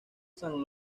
son